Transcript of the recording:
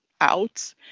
out